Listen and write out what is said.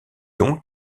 donc